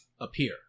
appear